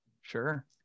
Sure